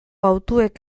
hautuek